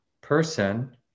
person